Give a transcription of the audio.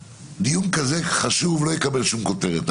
דיון חשוב כזה לא יקבל שום כותרת.